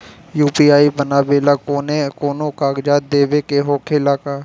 UPI बनावेला कौनो कागजात देवे के होखेला का?